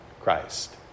Christ